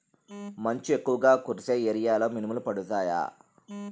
మంచు ఎక్కువుగా కురిసే ఏరియాలో మినుములు పండుతాయా?